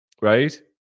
right